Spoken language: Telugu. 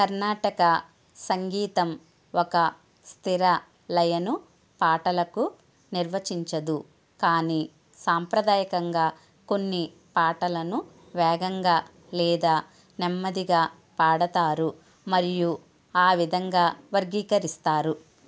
కర్ణాటకా సంగీతం ఒక స్థిర లయను పాటలకు నిర్వచించదు కానీ సాంప్రదాయకంగా కొన్ని పాటలను వేగంగా లేదా నెమ్మదిగా పాడతారు మరియు ఆ విధంగా వర్గీకరిస్తారు